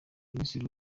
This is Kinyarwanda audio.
minisitiri